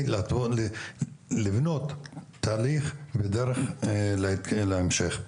זאת על מנת, לבנות תהליך ודרך להמשך.